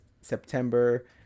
September